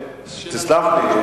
תסלח לי,